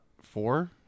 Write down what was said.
Four